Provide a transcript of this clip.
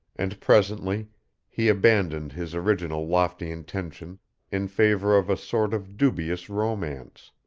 and presently he abandoned his original lofty intention in favor of a sort of dubious romance.